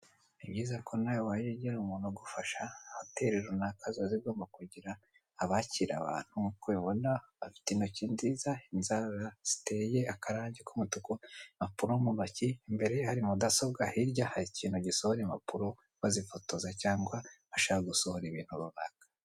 Ni byiza ko nawe wajya ugira umuntu gufasha, hoteri runaka ziba zigomba kugira abakira abantu nk'uko ubabona bafite intoki nziza, inzara ziteye akarangi k'umutuku impapuro mu ntoki, imbere ye hari mudasobwa hirya hari ikintu gisohora impapuro bazifotoza cyangwa bashaka gusohora ibintu runaka.